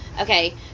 Okay